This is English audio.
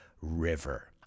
river